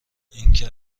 اینکه